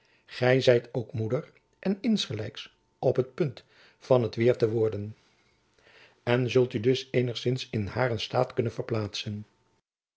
gy zijt ook moeder en insgelijks op het punt van het weêr te worden en zult u dus eenigsins in haren staat kunnen verplaatsen